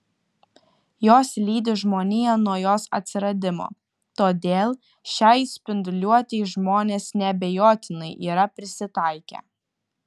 jos lydi žmoniją nuo jos atsiradimo todėl šiai spinduliuotei žmonės neabejotinai yra prisitaikę